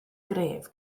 gref